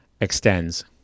Extends